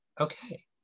Okay